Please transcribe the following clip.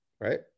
right